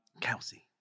Kelsey